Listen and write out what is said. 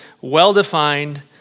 Well-defined